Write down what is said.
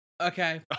Okay